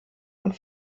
und